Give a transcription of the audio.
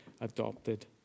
adopted